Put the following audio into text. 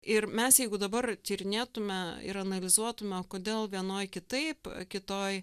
ir mes jeigu dabar tyrinėtume ir analizuotume kodėl vienoj kitaip kitoj